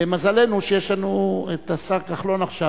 מזלנו שיש לנו השר כחלון עכשיו,